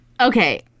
Okay